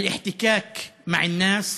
אנו עדים לכך בהתקהלויות,